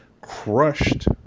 crushed